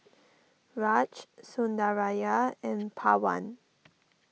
Raj Sundaraiah and Pawan